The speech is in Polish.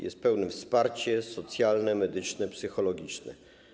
Jest pełne wsparcie socjalne, medyczne, psychologiczne.